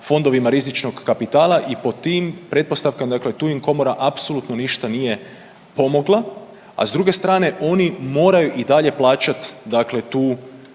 fondovima rizičnog kapitala i pod tim pretpostavkama, dakle tu im komora apsolutno ništa nije pomogla, a s druge strane oni moraju i dalje plaćat dakle tu